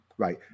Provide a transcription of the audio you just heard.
Right